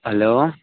hello